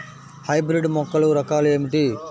Hybrid మొక్కల రకాలు ఏమిటి?